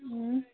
اۭں